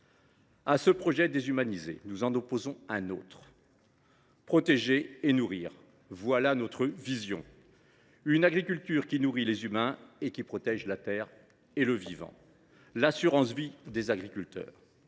À ce projet déshumanisé, nous en opposons un autre : protéger et nourrir. Car telle est notre vision, celle d’une agriculture qui nourrit les humains et qui protège la terre et le vivant, soit l’assurance vie des agriculteurs.